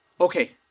okay